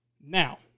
Now